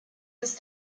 his